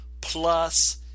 plus